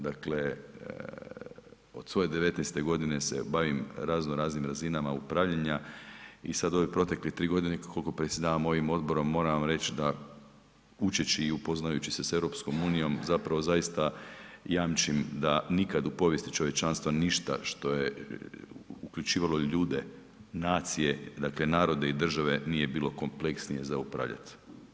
Dakle, od svoje 19 godine se bavim razno raznim razinama upravljanja i sad u ove protekle tri godine koliko predsjedavam ovim odborom moram vam reći da učeći i upoznajući se s EU zapravo zaista jamčim da nikad u povijesti čovječanstva ništa što je uključivalo i ljude, nacije, dakle narode i države nije bilo kompleksnije za upravljat.